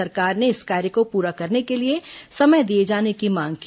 सरकार ने इस कार्य को पूरा करने के लिए समय दिए जाने की मांग की